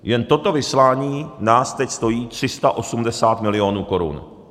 Jen toto vyslání nás teď stojí 380 milionů korun.